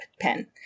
pen